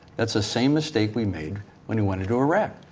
and so the same mistake we made when we went into iraq.